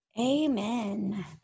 Amen